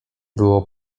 było